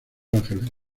ángeles